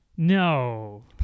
No